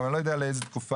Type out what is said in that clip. אני לא יודע לאיזו תקופה,